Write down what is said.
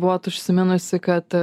buvot užsiminusi kad